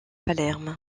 palerme